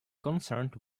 concerned